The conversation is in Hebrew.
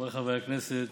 חבריי חברי הכנסת,